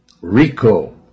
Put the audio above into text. Rico